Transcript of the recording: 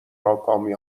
ناکامی